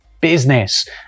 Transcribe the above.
business